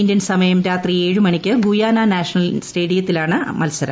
Indian സമയം രാത്രി ഏഴുമണിക്ക് ഗുയാനാ ന്റാഷണൽ സ്റ്റേഡിയത്തിലാണ് മത്സരം